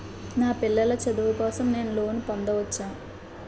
నా పిల్లల చదువు కోసం నేను లోన్ పొందవచ్చా?